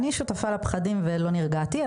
אני שותפה לפחדים ולא נרגעתי,